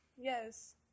Yes